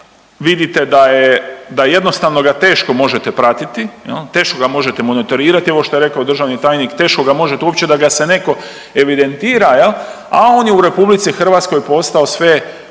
vidite da je, da jednostavno teško ga možete pratiti jel, teško ga možete monitorirati, ovo što je rekao državni tajnik teško ga možete uopće da ga se neko evidentira jel, a on je u RH postao sve